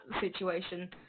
situation